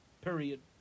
Period